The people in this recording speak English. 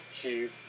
cube